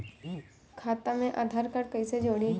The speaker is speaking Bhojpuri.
खाता मे आधार कार्ड कईसे जुड़ि?